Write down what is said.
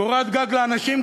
"קורת גג לאנשים",